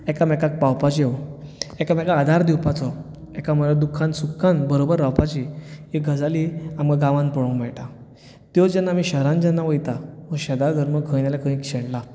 एकामेकांक पावपाचो एकामेकाक आदार दिवपाचो एकामेकाच्या दुखांत सुखांत बरोबर रावपाचें ह्यो गजाली आमकां गांवांत पळोवपाक मेळटात त्यो जेन्ना आमी शहरांत जेन्ना वयतात तो शेजारधर्म खंय ना जाल्यार खंय तरी शेणला